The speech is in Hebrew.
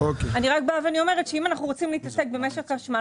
אני רק אומרת שאם אנחנו רוצים להתעסק במשק החשמל,